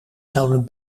zouden